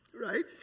right